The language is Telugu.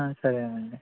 ఆ సరేనండి